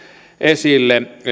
esille